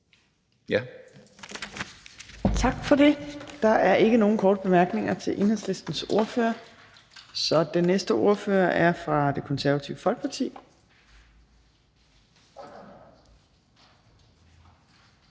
Tak for det. Der er ikke nogen korte bemærkninger til Enhedslistens ordfører. Vi er nu kommet til ordføreren for Det Konservative Folkeparti,